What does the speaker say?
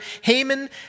Haman